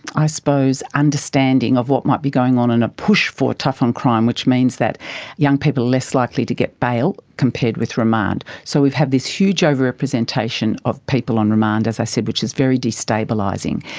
i suppose, understanding of what might be going on and a push for tough on crime, which means that young people are less likely to get bail compared with remand. so we've had this huge overrepresentation of people on remand, as i said, which is very destabilising.